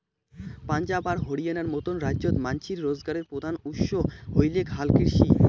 পাঞ্জাব আর হরিয়ানার মতন রাইজ্যত মানষির রোজগারের প্রধান উৎস হইলেক হালকৃষি